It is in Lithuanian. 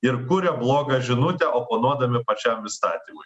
ir kuria blogą žinutę oponuodami pačiam įstatymui